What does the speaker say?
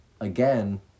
again